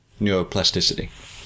neuroplasticity